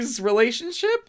relationship